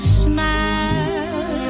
smile